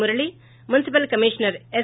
Murali municipal commissioner yes